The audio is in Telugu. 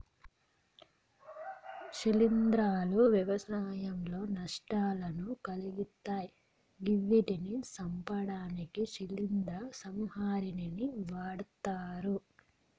శిలీంద్రాలు వ్యవసాయంలో నష్టాలను కలిగిత్తయ్ గివ్విటిని సంపడానికి శిలీంద్ర సంహారిణిని వాడ్తరు